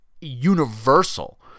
universal